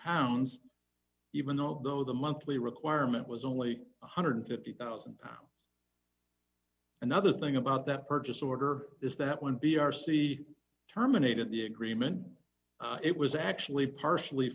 pounds even although the monthly requirement was only one hundred and fifty thousand another thing about that purchase order is that when b r c terminated the agreement it was actually partially